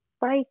Bye